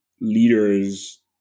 leaders